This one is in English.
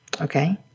Okay